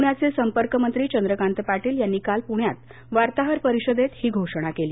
पुण्याचे संपर्क मंत्री चंद्रकांत पाटील यांनी काल पुण्यात वार्ताहर परिषदेत ही घोषणा केली